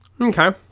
Okay